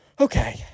Okay